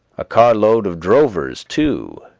a carload of drovers, too,